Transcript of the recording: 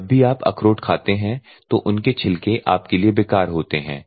जब भी आप अखरोट खाते हैं तो उनके छिलके आपके लिए बेकार होते हैं